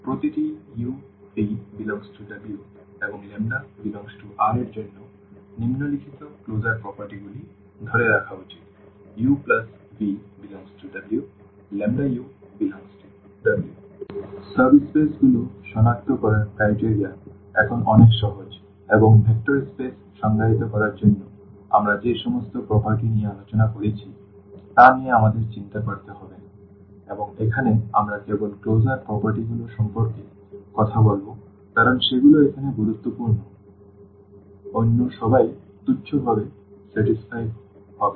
প্রতিটি uv∈W এবং ∈R এর জন্য নিম্নলিখিত ক্লোজার প্রপার্টিগুলি ধরে রাখা উচিত uv∈W u∈W সাব স্পেসগুলো সনাক্ত করার মানদণ্ড এখন অনেক সহজ এবং ভেক্টর স্পেস সংজ্ঞায়িত করার জন্য আমরা যে সমস্ত বৈশিষ্ট্য নিয়ে আলোচনা করেছি তা নিয়ে আমাদের চিন্তা করতে হবে না এবং এখানে আমরা কেবল ক্লোজার বৈশিষ্ট্যগুলি সম্পর্কে কথা বলব কারণ সেগুলি এখন গুরুত্বপূর্ণ অন্য সবাই তুচ্ছ ভাবে সন্তুষ্ট হবে